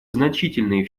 значительные